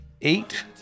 eight